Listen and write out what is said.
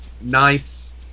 nice